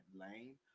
lane